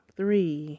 three